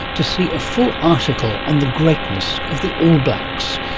to see a full article on the greatness of the all blacks,